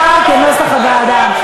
כנוסח הוועדה.